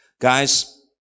guys